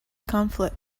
conflict